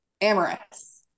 amorous